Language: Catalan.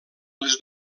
les